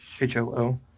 H-O-O